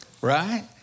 right